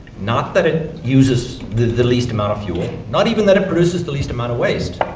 not that it uses the the least amount of fuel, not even that it produces the least amount of waste,